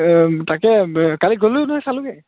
তাকে কালি গ'লোঁ নহয় চালোঁগৈ